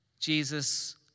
Jesus